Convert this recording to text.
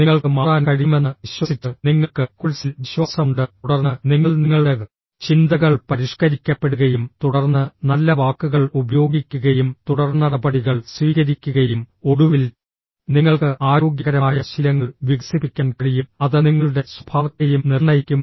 നിങ്ങൾക്ക് മാറാൻ കഴിയുമെന്ന് വിശ്വസിച്ച് നിങ്ങൾക്ക് കോഴ്സിൽ വിശ്വാസമുണ്ട് തുടർന്ന് നിങ്ങൾ നിങ്ങളുടെ ചിന്തകൾ പരിഷ്ക്കരിക്കപ്പെടുകയും തുടർന്ന് നല്ല വാക്കുകൾ ഉപയോഗിക്കുകയും തുടർനടപടികൾ സ്വീകരിക്കുകയും ഒടുവിൽ നിങ്ങൾക്ക് ആരോഗ്യകരമായ ശീലങ്ങൾ വികസിപ്പിക്കാൻ കഴിയും അത് നിങ്ങളുടെ സ്വഭാവത്തെയും നിർണ്ണയിക്കും